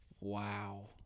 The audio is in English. Wow